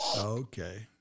Okay